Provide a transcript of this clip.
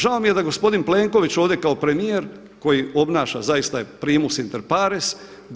Žao mi je da gospodin Plenković ovdje kao premijer koji obnaša zaista je Primus inter pares.